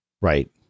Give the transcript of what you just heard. right